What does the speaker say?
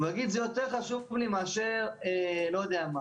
ויגיד זה יותר חשוב לי מאשר לא יודע מה,